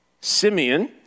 Simeon